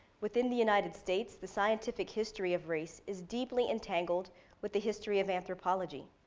within the united states, the scientific history of race is deeply entangle with the history of anthropology,